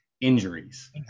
Injuries